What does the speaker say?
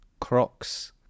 Crocs